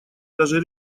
даже